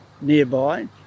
nearby